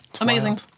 Amazing